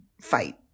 fight